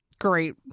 Great